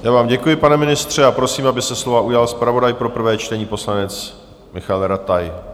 Já vám děkuji, pane ministře, a prosím, aby se slova ujal zpravodaj pro prvé čtení, poslanec Michael Rataj.